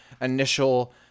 initial